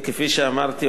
כפי שאמרתי,